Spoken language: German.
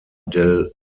del